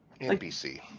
NBC